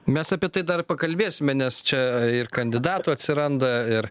mes apie tai dar pakalbėsime nes čia ir kandidatų atsiranda ir